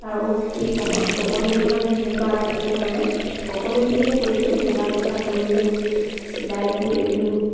আৰু কি ক'ম আৰু ক'বলগীয়া মানে সেনেকুৱা একো নাই সকলোখিনিয়ে কৰিলোঁ বোৱা কটা কৰিলোঁ চিলাই কৰিলোঁ